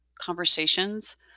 conversations